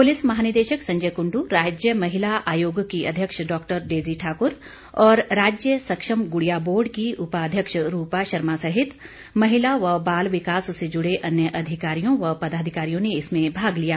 police महानिदेशक संजय कुंडू राज्य महिला आयोग की अध्यक्ष डॉ डेजी ठाकुर और राज्य सक्षम गुड़िया बोर्ड की उपाध्यक्ष रूपा शर्मा सहित महिला व बाल विकास से जुड़े अन्य अधिकारियों व पदाधिकारियों ने इसमें भाग लिया